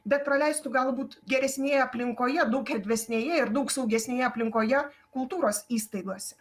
bet praleistų galbūt geresnėje aplinkoje daug erdvesnėje ir daug saugesnėje aplinkoje kultūros įstaigose